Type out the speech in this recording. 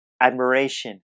admiration